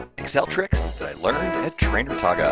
ah excel tricks that i learned at trainertage.